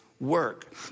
work